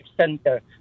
center